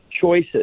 choices